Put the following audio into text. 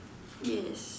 yes